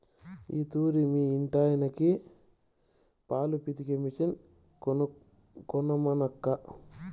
ఈ తూరి మీ ఇంటాయనకి పాలు పితికే మిషన్ కొనమనక్కా